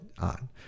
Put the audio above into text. on